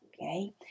okay